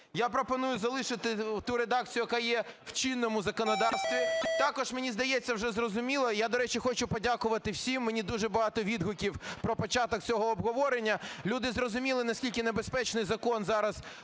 Я пропоную залишити ту редакцію, яка є в чинному законодавстві. Також, мені здається, вже зрозуміло… І я, до речі, хочу подякувати всім, мені дуже багато відгуків про початок цього обговорення. Люди зрозуміли, наскільки небезпечний закон зараз